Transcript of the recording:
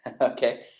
Okay